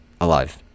alive